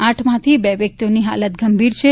આઠમાંથી બે વ્યક્તિઓની હાલત ગંભીર છે